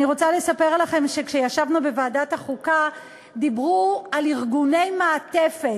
אני רוצה לספר לכם שכשישבנו בוועדת החוקה דיברו על ארגוני מעטפת.